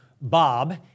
Bob